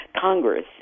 Congress